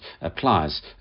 applies